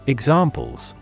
Examples